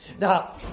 Now